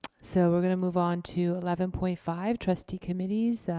so we're gonna move on to eleven point five, trustee committees.